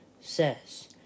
says